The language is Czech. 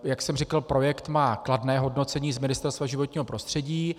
Jak jsem říkal, projekt má kladné hodnocení z Ministerstva životního prostředí.